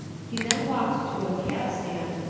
he then walked to a cab-stand,